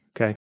okay